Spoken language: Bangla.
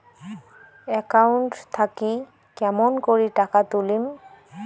একাউন্ট থাকি কেমন করি টাকা তুলিম?